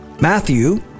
Matthew